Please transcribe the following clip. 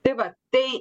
tai va tai